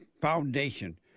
foundation